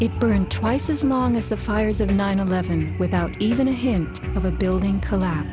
it burned twice as long as the fires of nine eleven without even a hint of a building collapse